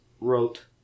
wrote